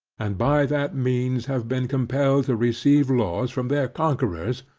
and by that means have been compelled to receive laws from their conquerors,